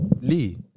Lee